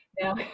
Now